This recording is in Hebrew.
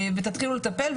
"ותתחילו לטפל",